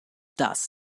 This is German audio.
das